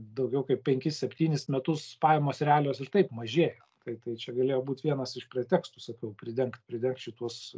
daugiau kaip penkis septynis metus pajamos realios ir taip mažėjo tai tai čia galėjo būt vienas iš pretekstų sakau pridengt pridengt šituos